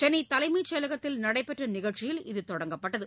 சென்னை தலைமைச் செயலத்தில் நடைபெற்ற நிகழ்ச்சியில் இது தொடங்கப்பட்டது